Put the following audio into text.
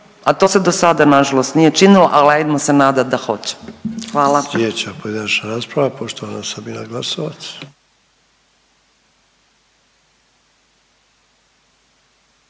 a to se do sada nažalost nije činilo, al' 'ajdmo se nadat da hoće.